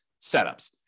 setups